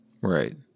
Right